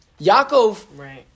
Yaakov